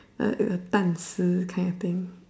the 蛋丝 kind of thing